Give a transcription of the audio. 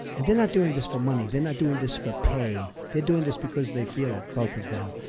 and they're not doing this for money. they're not doing this for pay. they're doing this because they feel it, both of them.